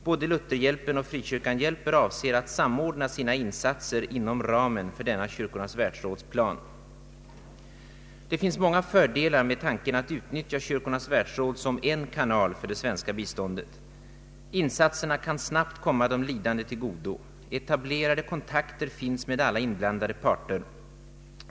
Både Lutherhjälpen och Frikyrkan hjälper avser att samordna sina insatser inom ramen för denna Kyrkornas Världsråds plan. Det finns många fördelar med tanken att utnyttja Kyrkornas Världsråd som en kanal för det svenska biståndet. Insatserna kan snabbt komma de lidande till godo. Etablerade kontakter finns med alla inblandade parter.